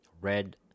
Red